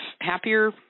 happier